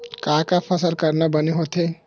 का का फसल करना बने होथे?